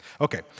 Okay